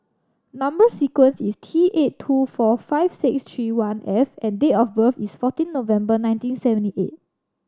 number sequence is T eight two four five six three one F and date of birth is fourteen November nineteen seventy eight